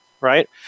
right